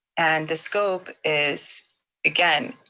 and the scope is again,